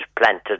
planted